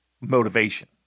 motivation